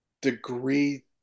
degree